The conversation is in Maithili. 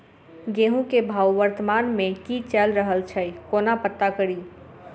गेंहूँ केँ भाव वर्तमान मे की चैल रहल छै कोना पत्ता कड़ी?